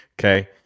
Okay